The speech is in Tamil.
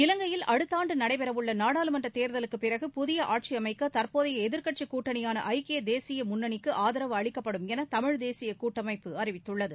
இலங்கையில் அடுத்த ஆண்டு நடைபெற உள்ள நாடாளுமன்ற தேர்தலுக்குப் பிறகு புதிய ஆட்சி அமைக்க தற்போதைய எதிர்க்கட்சி கூட்டணியான ஐக்கிய தேசிய முன்னணிக்கு ஆதரவு அளிக்கப்படும் என தமிழ் தேசிய கூட்டமைப்பு அறிவித்துள்ளது